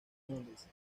españoles